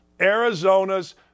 Arizona's